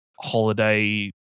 holiday